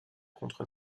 contre